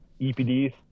EPDs